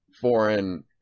foreign